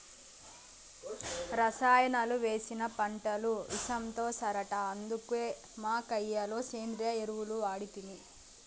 రసాయనాలు వేసిన పంటలు ఇసంతో సరట అందుకే మా కయ్య లో సేంద్రియ ఎరువులు వాడితిమి